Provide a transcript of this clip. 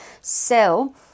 sell